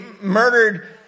murdered